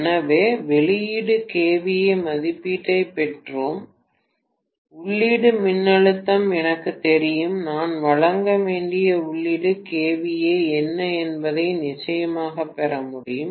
எனவே வெளியீடு kVA மதிப்பீட்டைப் பெற்றேன் உள்ளீட்டு மின்னழுத்தம் எனக்குத் தெரியும் நான் வழங்க வேண்டிய உள்ளீட்டு kVA என்ன என்பதை நிச்சயமாகப் பெற முடியும்